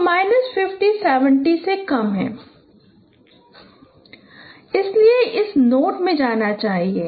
तो माइनस 50 70 से कम है इसलिए इसे इस नोड में जाना चाहिए